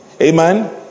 Amen